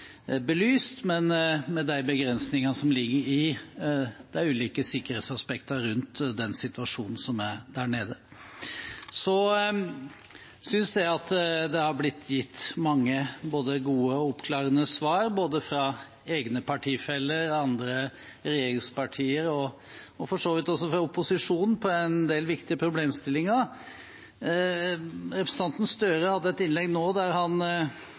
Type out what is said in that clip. belyst, men med de begrensningene som ligger i de ulike sikkerhetsaspektene rundt den situasjonen som er der nede. Jeg synes det har blitt gitt mange både gode og oppklarende svar, både fra egne partifeller, fra andre regjeringspartier og for så vidt også fra opposisjonen i en del viktige problemstillinger. Representanten Gahr Støre hadde et innlegg nå der han